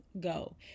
go